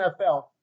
NFL